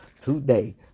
today